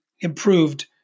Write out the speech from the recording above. improved